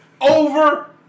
over